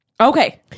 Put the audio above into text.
Okay